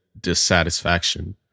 dissatisfaction